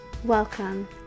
Welcome